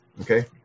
okay